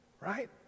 right